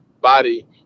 body